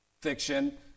fiction